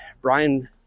Brian